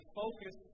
focus